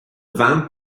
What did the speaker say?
vamp